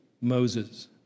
Moses